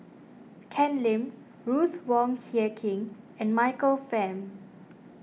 Ken Lim Ruth Wong Hie King and Michael Fam